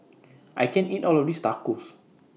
I can't eat All of This Tacos